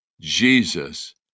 Jesus